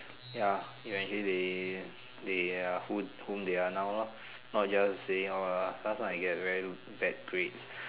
ya eventually they they are who~ whom they are now lor not just say ah last time I get very bad grades